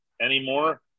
anymore